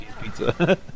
pizza